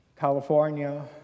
California